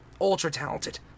Ultra-talented